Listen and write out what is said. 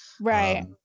Right